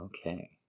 Okay